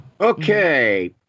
Okay